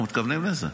אנחנו מתכוונים לזה.